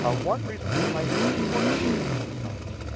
ah one reason this might be important is because